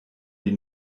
die